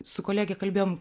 su kolege kalbėjom